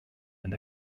and